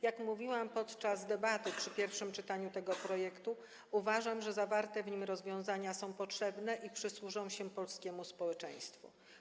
Jak mówiłam w debacie podczas pierwszego czytania tego projektu, uważam, że zawarte w nim rozwiązania są potrzebne i przysłużą się polskiemu społeczeństwu.